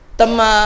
tama